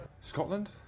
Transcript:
Scotland